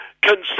consider